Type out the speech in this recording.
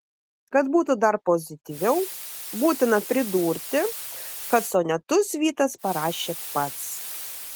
kad būtų dar pozityviau būtina pridurti kad sonetus vytas parašė pats